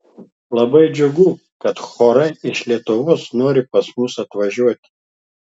labai džiugiu kad chorai iš lietuvos nori pas mus atvažiuoti